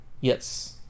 Yes